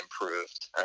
improved